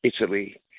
Italy